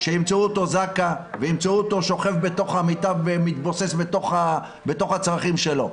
שימצאו אותו זק"א שוכב בתוך המיטה ומתבוסס בצרכים שלו.